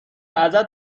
ازت